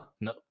No